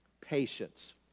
patience